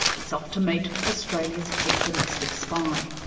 it's off to meet australia's head domestic spy.